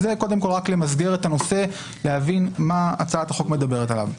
זה קודם כול מסגור הנושא כדי להבין על מה הצעת החוק מדברת.